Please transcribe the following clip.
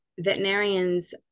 Veterinarians